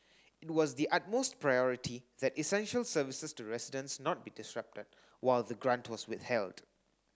it was the utmost priority that essential services to residents not be disrupted while the grant was withheld